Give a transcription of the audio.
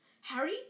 Harry